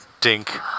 Dink